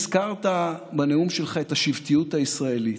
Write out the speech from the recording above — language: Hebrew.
הזכרת בנאום שלך את השבטיות הישראלית,